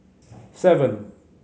seven